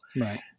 Right